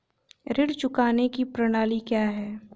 ऋण चुकाने की प्रणाली क्या है?